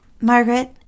Margaret